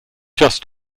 just